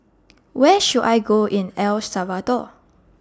Where should I Go in El Salvador